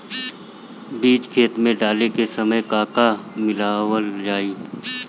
बीज खेत मे डाले के सामय का का मिलावल जाई?